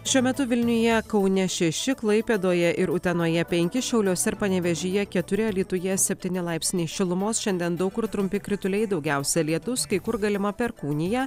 šiuo metu vilniuje kaune šeši klaipėdoje ir utenoje penki šiauliuose ir panevėžyje keturi alytuje septyni laipsniai šilumos šiandien daug kur trumpi krituliai daugiausia lietus kai kur galima perkūnija